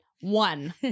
One